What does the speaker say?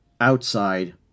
outside